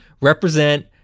Represent